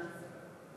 שנה.